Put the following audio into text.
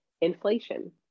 inflation